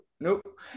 Nope